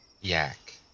Yak